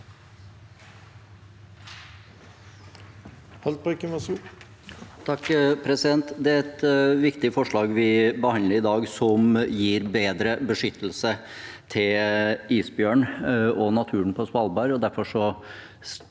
(SV) Det er et viktig forslag vi behandler i dag, som gir bedre beskyttelse til isbjørn og natur på Svalbard,